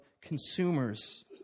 consumers